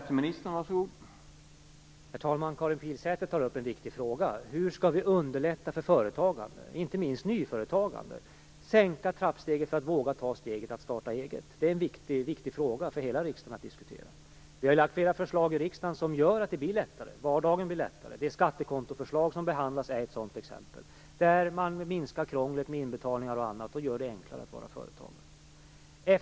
Herr talman! Karin Pilsäter tar upp en viktig fråga: Hur skall vi underlätta för företagande, inte minst nyföretagande, sänka trappsteget och göra att fler vågar ta steget att starta eget? Det är en viktig fråga för hela riksdagen att diskutera. Vi har i riksdagen lagt fram flera förslag som gör att det blir lättare, att vardagen blir lättare. Det skattekontoförslag som behandlas är ett sådant exempel, där man minskar krånglet med inbetalningar och annat och därmed gör det enklare att vara företagare.